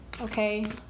okay